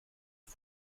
den